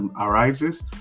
arises